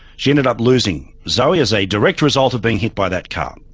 she ended up losing zoe as a direct result of being hit by that car.